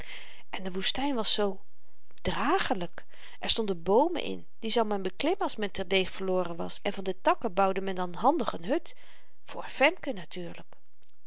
en de woestyn was zoo dragelyk er stonden boomen in die zou men beklimmen als men terdeeg verloren was en van de takken bouwde men dan handig n hut voor femke natuurlyk